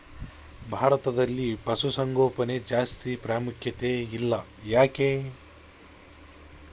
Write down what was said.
ಭಾರತದಲ್ಲಿ ಪಶುಸಾಂಗೋಪನೆಗೆ ಜಾಸ್ತಿ ಪ್ರಾಮುಖ್ಯತೆ ಇಲ್ಲ ಯಾಕೆ?